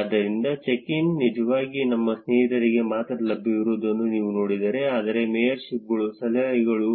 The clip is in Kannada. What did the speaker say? ಆದ್ದರಿಂದ ಚೆಕ್ ಇನ್ಗಳು ನಿಜವಾಗಿ ನಿಮ್ಮ ಸ್ನೇಹಿತರಿಗೆ ಮಾತ್ರ ಲಭ್ಯವಿರುವುದನ್ನು ನೀವು ನೋಡಿದರೆ ಆದರೆ ಮೇಯರ್ಶಿಪ್ಗಳು ಸಲಹೆಗಳು